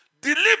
deliver